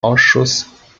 ausschuss